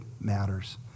matters